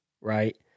right